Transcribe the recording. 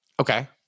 Okay